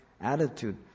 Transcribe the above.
attitude